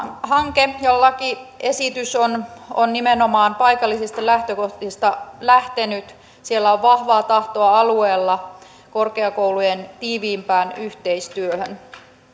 hanke ja lakiesitys on on nimenomaan paikallisista lähtökohdista lähtenyt alueella on vahvaa tahtoa korkeakoulujen tiiviimpään yhteistyöhön